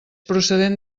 procedent